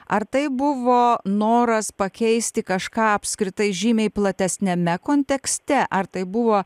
ar tai buvo noras pakeisti kažką apskritai žymiai platesniame kontekste ar tai buvo